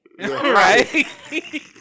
right